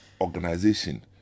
organization